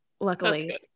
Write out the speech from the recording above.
luckily